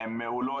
הן מעולות.